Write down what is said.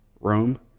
Rome